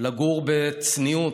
לגור בצניעות,